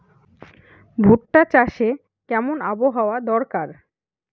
ভুট্টা চাষে কেমন আবহাওয়া দরকার?